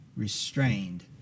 Restrained